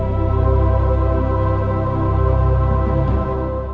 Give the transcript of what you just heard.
or